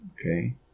okay